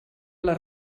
les